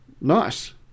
Nice